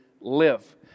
live